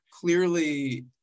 Clearly